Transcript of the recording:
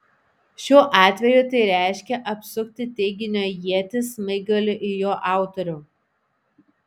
šiuo atveju tai reiškia apsukti teiginio ietį smaigaliu į jo autorių